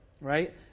right